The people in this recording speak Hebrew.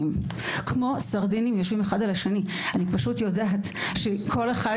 על כל דבר,